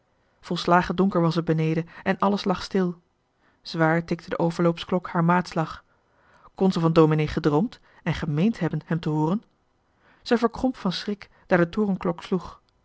volslagen donker was het beneden en alles lag stil zwaar tikte de overloopsklok haar maatslag kon ze van domenee gedroomd en gemeend hebben hem te hooren zij verkromp van schrik daar de torenklok sloeg